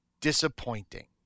disappointing